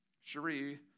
Cherie